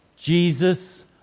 Jesus